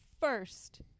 first